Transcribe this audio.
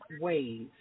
ways